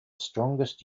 strongest